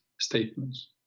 statements